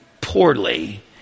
poorly